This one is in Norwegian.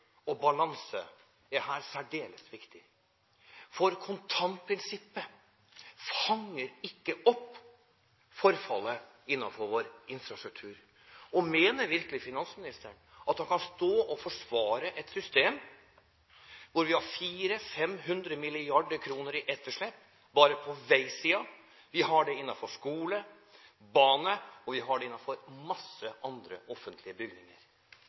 og balanse er her særdeles viktig. Kontantprinsippet fanger ikke opp forfallet innenfor vår infrastruktur. Mener virkelig finansministeren at han kan stå og forsvare et system hvor vi har 400–500 mrd. kr i etterslep bare på veisiden? Vi har det innenfor skole, bane og innenfor mange andre offentlige bygninger.